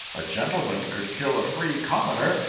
a gentleman could kill a free commoner,